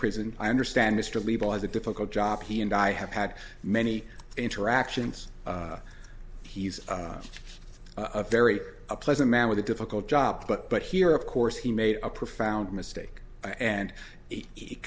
prison i understand this to legal as a difficult job he and i have had many interactions he's a very a pleasant man with a difficult job but but here of course he made a profound mistake and